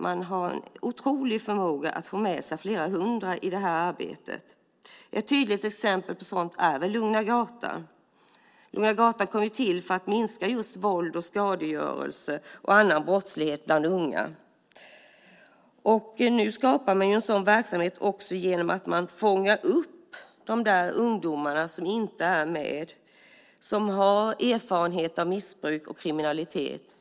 Man har en otrolig förmåga att få med sig flera hundra i arbetet. Ett tydligt exempel på det är Lugna Gatan som kom till för att minska våld, skadegörelse och annan brottslighet bland unga. Man fångar upp de ungdomar som är på glid och som har erfarenhet av missbruk och kriminalitet.